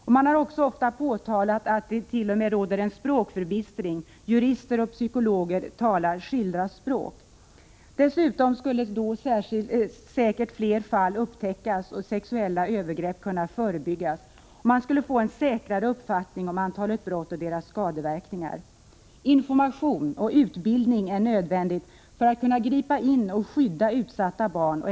Det har också ofta påtalats att det t.o.m. råder språkförbistring — jurister och psykologer talar skilda språk. Med bättre kunskap skulle säkert fler fall kunna upptäckas och sexuella övergrepp förebyggas. Man skulle då också få en säkrare uppfattning om antalet brott och deras skadeverkningar. Information och utbildning är nödvändig för att man skall kunna gripa in och skydda utsatta barn.